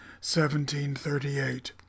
1738